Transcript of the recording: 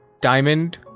diamond